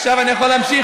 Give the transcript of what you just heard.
עכשיו אני יכול להמשיך?